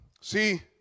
See